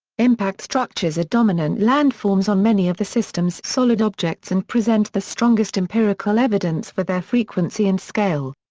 impact structures are dominant landforms on many of the system's solid objects and present the strongest empirical evidence for their frequency and scale.